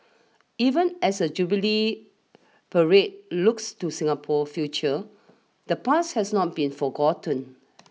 even as the Jubilee parade looks to Singapore future the past has not been forgotten